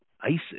Isis